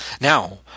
Now